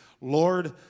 Lord